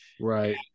right